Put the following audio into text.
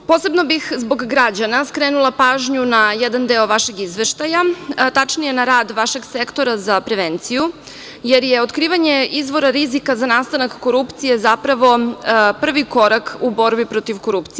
Posebno bih zbog građana skrenula pažnju na jedan deo vašeg izveštaja, tačnije na rad vašeg Sektora za prevenciju, jer je otkrivanje izvora rizika za nastanak korupcije zapravo prvi korak u borbi protiv korupcije.